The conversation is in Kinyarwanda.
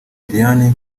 dian